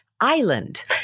island